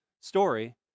story